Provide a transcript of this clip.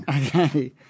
Okay